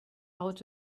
out